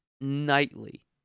nightly